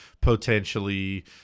potentially